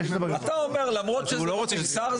אתה אומר שלמרות שלא נמסר,